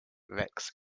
rex